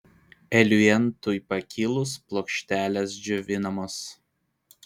eliuentui pakilus plokštelės džiovinamos